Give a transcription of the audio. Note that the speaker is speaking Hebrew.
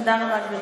תודה רבה,